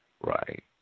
Right